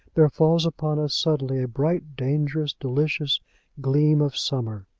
there falls upon us suddenly a bright, dangerous, delicious gleam of summer.